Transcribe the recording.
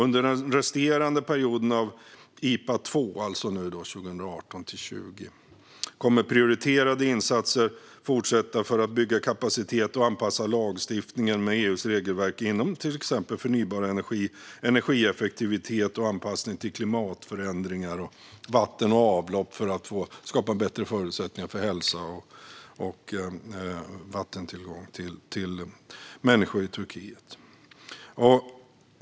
Under den resterande perioden av IPA II, alltså 2018-2020, kommer prioriterade insatser att fortsätta för att bygga kapacitet och anpassa lagstiftningen till EU:s regelverk när det gäller till exempel förnybar energi, energieffektivitet, anpassning till klimatförändringar och vatten och avlopp för att skapa bättre förutsättningar för hälsa och vattentillgång för människor i Turkiet.